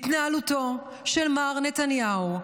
"התנהלותו של מר נתניהו",